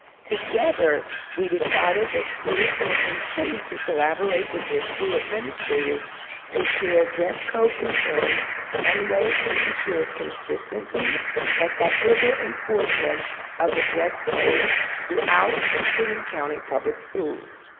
together we decided that students will continue to collaborate with their school administrators to share dress code concerns and ways to ensure consistency and equitable enforcement of the dress code throughout prince william county public schools.